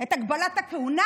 את הגבלת הכהונה,